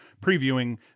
previewing